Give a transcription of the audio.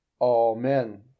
Amen